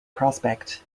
prospect